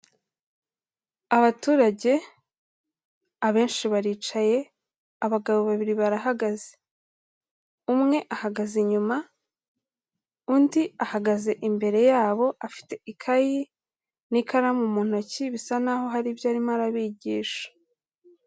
Abaturage abenshi baricaye, abagabo babiri barahagaze, umwe ahagaze inyuma undi ahagaze imbere yabo, afite ikayi n'ikaramu mu ntoki bisa naho hari ibyo arimo arabigisha.